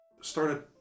started